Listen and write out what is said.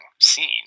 scene